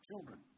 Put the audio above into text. children